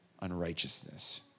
unrighteousness